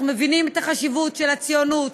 אנחנו מבינים את החשיבות של הציונות,